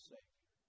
Savior